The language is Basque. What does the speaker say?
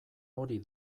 hori